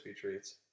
Treats